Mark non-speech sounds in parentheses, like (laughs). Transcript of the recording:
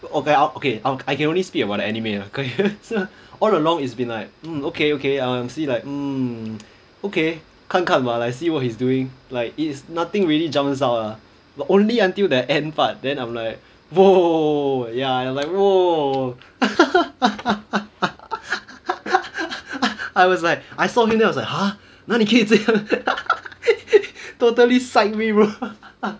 okay okay I can only speak about the anime lah so all along it's been like mm okay okay I will see like mm okay 看看吧 like see what he's doing like it's nothing really jumps out lah only until the end part then I'm like !whoa! ya like !whoa! (laughs) I was like I saw him then I was like !huh! 哪里可以这样 totally side me bro